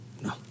No